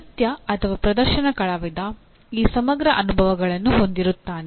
ನೃತ್ಯ ಅಥವಾ ಪ್ರದರ್ಶನ ಕಲಾವಿದ ಈ ಸಮಗ್ರ ಅನುಭವಗಳನ್ನು ಹೊಂದಿರುತ್ತಾನೆ